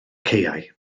caeau